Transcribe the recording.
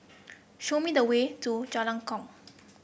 show me the way to Jalan Kuak